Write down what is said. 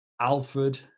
Alfred